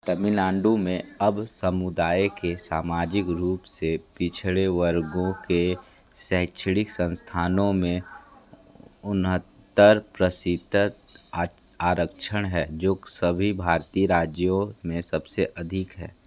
तमिलनाडु में अब समुदाय के सामाजिक रूप से पिछड़े वर्गों के लिए शैक्षणिक संस्थानों में उन्हत्तर प्रतिशत आरक्षण है जो सभी भारतीय राज्यों में सबसे अधिक है